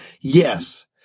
Yes